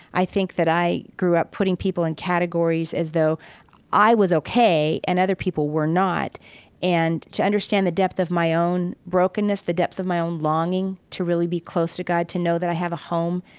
i think that i grew up putting people in categories as though i was ok and other people were not and to understand the depth of my own brokenness, the depth of my own longing to really be close to god, to know that i have a home,